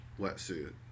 wetsuit